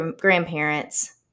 grandparents